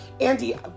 Andy